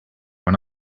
when